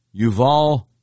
Yuval